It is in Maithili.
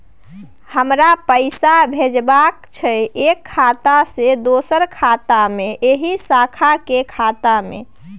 हमरा पैसा भेजबाक छै एक खाता से दोसर खाता मे एहि शाखा के खाता मे?